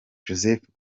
joseph